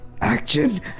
action